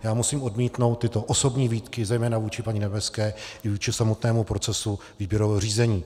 Já musím odmítnout tyto osobní výtky zejména vůči paní Nebeské i vůči samotnému procesu výběrového řízení.